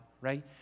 right